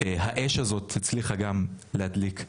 האש הזאת הצליחה גם להדליק.